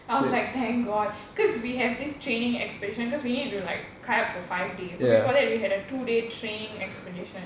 I was like thank god cause we have this training expedition cause we need to like kayak for five days so before that we had a two day training expedition